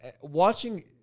watching